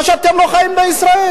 או שאתם לא חיים בישראל.